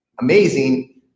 amazing